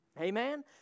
Amen